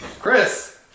Chris